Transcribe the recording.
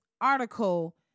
article